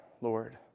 Lord